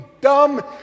dumb